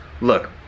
Look